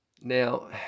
Now